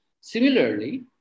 Similarly